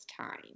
time